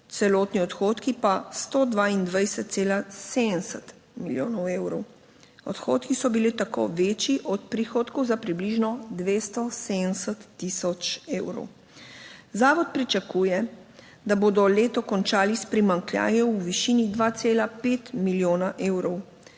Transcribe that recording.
celotni odhodki pa 122,70 milijonov evrov, odhodki so bili tako večji od prihodkov za približno 270 tisoč evrov. Zavod pričakuje, da bodo leto končali s primanjkljajem v višini 2,5 milijona evrov.